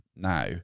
now